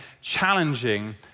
challenging